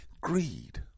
Greed